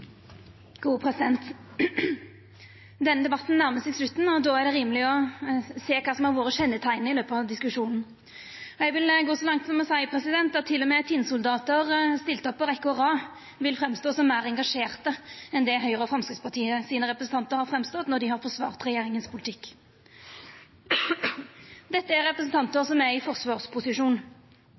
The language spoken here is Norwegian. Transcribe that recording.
det rimeleg å sjå kva som har vore kjenneteiknet i løpet av diskusjonen. Eg vil gå så langt som til å seia at til og med tinnsoldatar stilte opp på rekke og rad vil framstå som meir engasjerte enn det Høgre og Framstegspartiet sine representantar har framstått som når dei har forsvart regjeringas politikk. Dette er representantar som er i forsvarsposisjon.